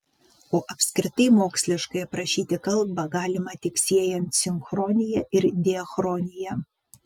o apskritai moksliškai aprašyti kalbą galima tik siejant sinchronija ir diachroniją